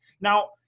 now